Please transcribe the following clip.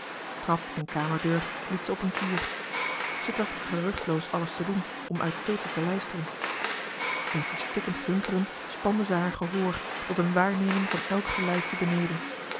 trap en kamerdeur liet ze op een kier ze trachtte geruchtloos alles te doen om uit stilte te luisteren in verstikkend hunkeren spande ze haar gehoor tot een waarnemen van elk geluidje beneden